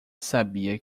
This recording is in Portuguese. sabia